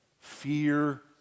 fear